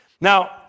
Now